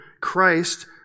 Christ